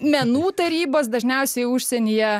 menų tarybos dažniausiai užsienyje